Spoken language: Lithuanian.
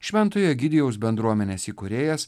šventojo egidijaus bendruomenės įkūrėjas